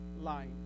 line